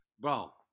Bro